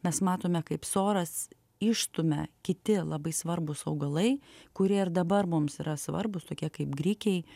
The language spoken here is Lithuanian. mes matome kaip soras išstumia kiti labai svarbūs augalai kurie ir dabar mums yra svarbūs tokie kaip grikiai